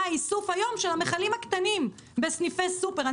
האיסוף של המכלים הקטנים היום בסניפי סופרמקטים.